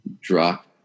drop